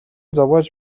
зовоож